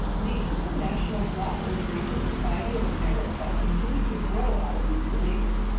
the international flat earth research society of america continued to grow out of these beliefs.